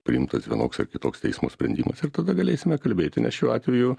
priimtas vienoks ar kitoks teismo sprendimas ir tada galėsime kalbėti nes šiuo atveju